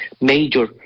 major